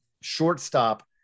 shortstop